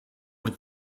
with